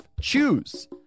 Choose